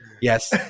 Yes